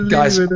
Guys